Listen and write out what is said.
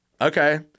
okay